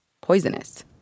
poisonous